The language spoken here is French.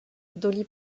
dolly